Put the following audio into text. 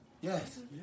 yes